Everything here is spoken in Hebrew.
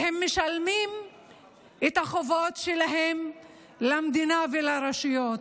והם משלמים את החובות שלהם למדינה ולרשויות.